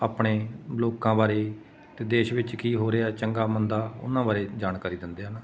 ਆਪਣੇ ਲੋਕਾਂ ਬਾਰੇ ਅਤੇ ਦੇਸ਼ ਵਿੱਚ ਕੀ ਹੋ ਰਿਹਾ ਚੰਗਾ ਮੰਦਾ ਉਹਨਾਂ ਬਾਰੇ ਜਾਣਕਾਰੀ ਦਿੰਦੇ ਹਨ